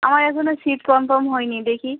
আমার এখোনো seat confirm হয় নি দেখি